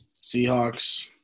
Seahawks